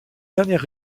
dernière